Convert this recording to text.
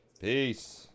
Peace